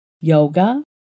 yoga